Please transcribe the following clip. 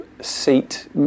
seat